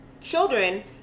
children